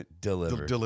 Deliver